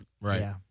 Right